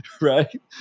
right